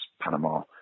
Panama